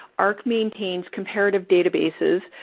ahrq maintains comparative databases.